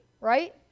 right